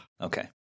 Okay